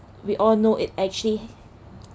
we all know it actually